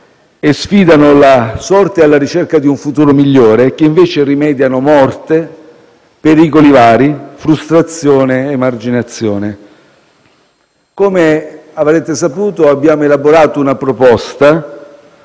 e sfidano la sorte, alla ricerca di un futuro migliore e invece rimediano morte, pericoli vari, frustrazione ed emarginazione. Come avrete saputo, abbiamo elaborato una proposta,